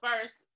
first